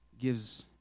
gives